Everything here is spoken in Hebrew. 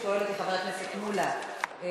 אם שואל אותי חבר הכנסת מולה לדעתי,